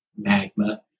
magma